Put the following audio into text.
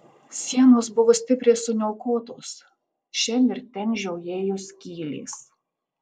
sienos buvo stipriai suniokotos šen ir ten žiojėjo skylės